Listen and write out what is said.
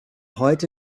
heute